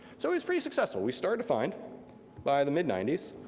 so it was pretty successful. we started to find by the mid ninety s,